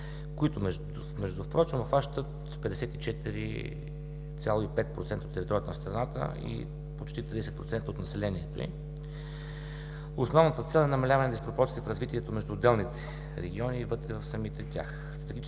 които обхващат 54,5% от територията на страната и почти 30% от населението й. Основната цел е намаляване на диспропорциите в развитието между отделните региони и вътре в самите тях.